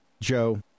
Joe